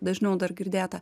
dažniau dar girdėta